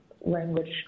language